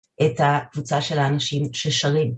את הקבוצה של האנשים ששרים.